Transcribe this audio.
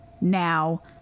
now